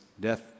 death